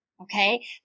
Okay